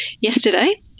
yesterday